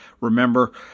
Remember